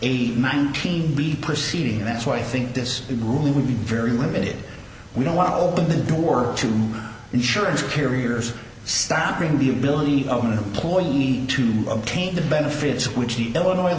eight nineteen be proceeding that's why i think this really would be very limited we don't want to open the door to insurance carriers stopping the ability of an employee to obtain the benefits which the illinois